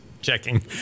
checking